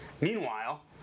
Meanwhile